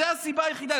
זו הסיבה היחידה.